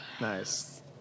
Nice